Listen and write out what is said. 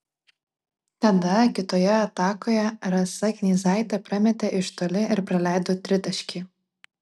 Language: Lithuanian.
tada kitoje atakoje rasa knyzaitė prametė iš toli ir praleido tritaškį